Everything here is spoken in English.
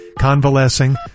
convalescing